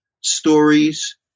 stories